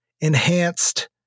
enhanced